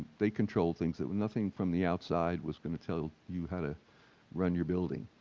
they control things, that were nothing from the outside was going to tell you how to run your building.